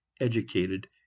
educated